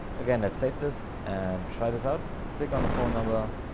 again, let's save this and try this out. click on the phone number